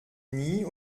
nie